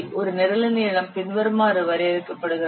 ஒரு நிரலின் நீளம் பின்வருமாறு வரையறுக்கப்படுகிறது